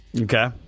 Okay